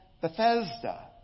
Bethesda